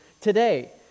today